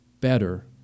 better